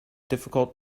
difficult